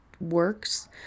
works